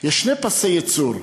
יש שני פסי ייצור,